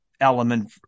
element